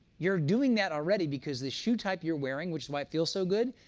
you're doing that already, because the shoe type you're wearing, which is why it feels so good,